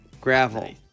Gravel